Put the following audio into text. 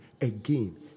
again